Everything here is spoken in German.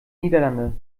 niederlande